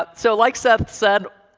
but so like seth said,